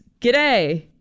G'day